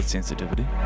sensitivity